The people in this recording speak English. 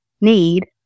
need